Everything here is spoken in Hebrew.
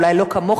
אולי לא כמוך,